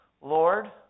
Lord